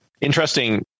Interesting